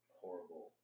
horrible